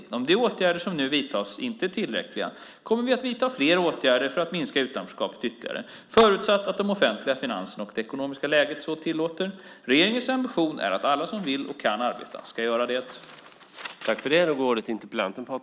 Om de åtgärder som nu vidtas inte är tillräckliga kommer vi att vidta fler åtgärder för att minska utanförskapet ytterligare, förutsatt att de offentliga finanserna och det ekonomiska läget så tillåter. Regeringens ambition är att alla som vill och kan arbeta ska göra det.